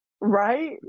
right